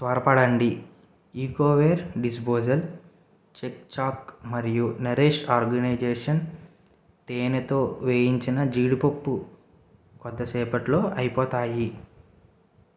త్వరపడండి Ecoware disposal చిక్ చాక్ మరియు నరేష్ ఆర్గానిక్స్ తేనెతో వేయించిన జీడిపప్పు కొద్దిసేపట్లో అయిపోతాయి